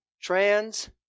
trans